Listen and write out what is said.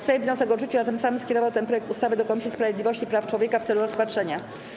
Sejm wniosek odrzucił, a tym samym skierował ten projekt ustawy do Komisji Sprawiedliwości i Praw Człowieka w celu rozpatrzenia.